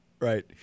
Right